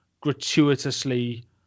gratuitously